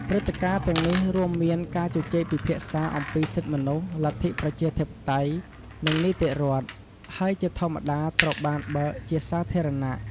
ព្រឹត្តិការណ៍ទាំងនេះរួមមានការជជែកពិភាក្សាអំពីសិទ្ធិមនុស្ស លទ្ធិប្រជាធិបតេយ្យ និងនីតិរដ្ឋ ហើយជាធម្មតាត្រូវបានបើកជាសាធារណៈ។